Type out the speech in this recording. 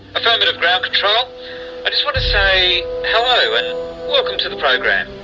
affirmative ground control. i just want to say, hello and welcome to the program!